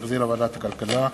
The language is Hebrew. שהחזירה ועדת הכלכלה,